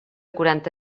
quaranta